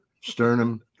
sternum